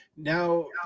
Now